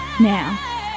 Now